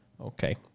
okay